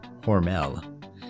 Hormel